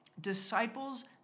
disciples